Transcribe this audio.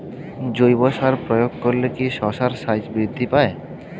জৈব সার প্রয়োগ করলে কি শশার সাইজ বৃদ্ধি পায়?